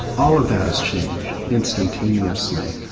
all of that has changed instantaneously,